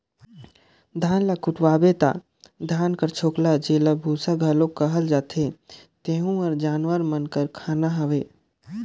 धान ल कुटवाबे ता धान कर छोकला जेला बूसा घलो कहल जाथे तेहू हर जानवर मन कर खाना हवे